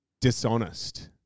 dishonest